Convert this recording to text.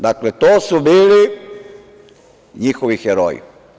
Dakle, to su bili njihovi heroji.